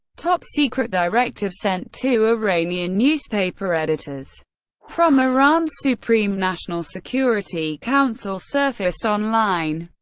top-secret directive sent to iranian newspaper editors from iran's supreme national security council surfaced online.